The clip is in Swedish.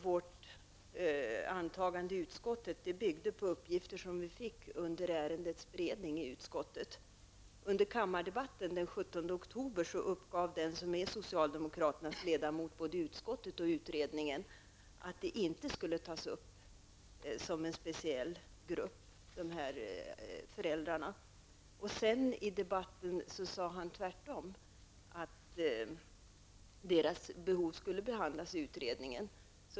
Vårt antagande i utskottet byggde på uppgifter som vi fick under ärendets beredning. Under kammardebatten den 17 oktober uppgav socialdemokraternas ledamot både i utskottet och i utredningen att dessa föräldrar inte skulle tas upp som en speciell grupp. I debatten sade han sedan tvärtom: deras behov skulle behandlas i utredningen.